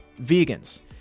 vegans